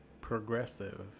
progressive